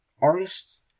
artists